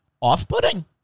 off-putting